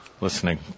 listening